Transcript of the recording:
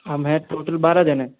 हम हैं टोटल बारह जन